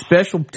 Special